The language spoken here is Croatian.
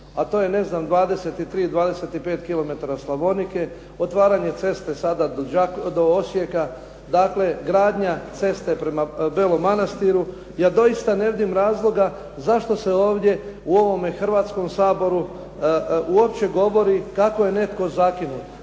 A to je ne znam 23, 25 kilometara "Slavonike". Otvaranja ceste do Osijeka. Dakle, gradnja ceste prema Belom Manastiru. Ja doista ne vidim razloga zašto se ovdje u ovome Hrvatskom saboru uopće govori kako je netko zakinut.